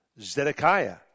Zedekiah